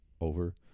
over